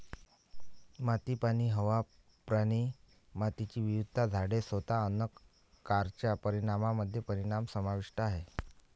माती, पाणी, हवा, प्राणी, मातीची विविधता, झाडे, स्वतः अन्न कारच्या परिणामामध्ये परिणाम समाविष्ट आहेत